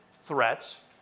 threats